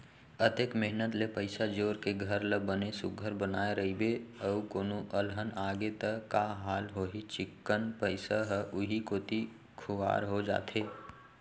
अतेक मेहनत ले पइसा जोर के घर ल बने सुग्घर बनाए रइबे अउ कोनो अलहन आगे त का हाल होही चिक्कन पइसा ह उहीं कोती खुवार हो जाथे